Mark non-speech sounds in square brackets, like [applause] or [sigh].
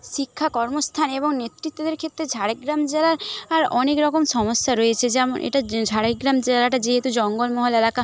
শিক্ষা কর্মস্থান এবং নেতৃত্বদের ক্ষেত্রে ঝাড়গ্রাম জেলার আর অনেক রকম সমস্যা রয়েছে যেমন এটা [unintelligible] ঝাড়গ্রাম জেলাটা যেহেতু জঙ্গলমহল এলাকা